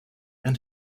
and